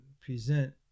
present